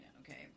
okay